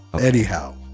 Anyhow